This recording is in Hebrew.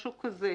משהו כזה.